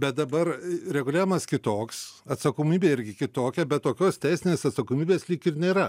bet dabar reguliavimas kitoks atsakomybė irgi kitokia bet tokios teisinės atsakomybės lyg ir nėra